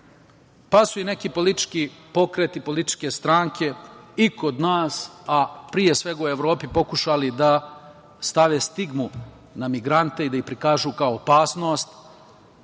pa su i neki politički pokreti, političke stranke i kod nas, a pre svega u Evropi, pokušali da stave stigmu na migrante i da ih prikažu kao opasnost,